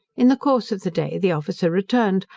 in the course of the day the officer returned,